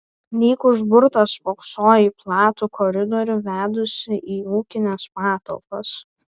lyg užburtas spoksojo į platų koridorių vedusį į ūkines patalpas